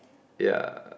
ya